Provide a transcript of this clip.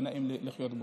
ויהיה נעים לחיות בו.